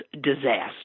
disaster